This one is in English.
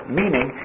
meaning